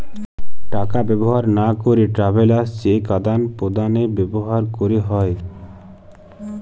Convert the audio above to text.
টাকা ব্যবহার লা ক্যেরে ট্রাভেলার্স চেক আদাল প্রদালে ব্যবহার ক্যেরে হ্যয়